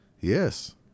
yes